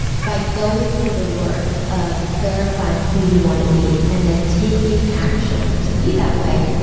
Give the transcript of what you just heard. by going through the work of clarifying who you want to be and then taking action to be that way,